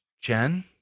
Jen